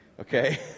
okay